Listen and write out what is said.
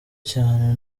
cyane